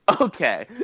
Okay